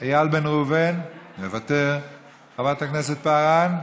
חבר הכנסת איל בן ראובן, מוותר, חברת הכנסת פארן,